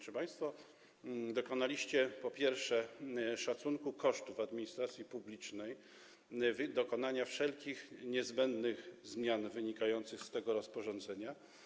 Czy państwo dokonaliście, po pierwsze, szacunku kosztów w administracji publicznej dokonania wszelkich niezbędnych zmian wynikających z tego rozporządzenia?